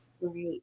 Right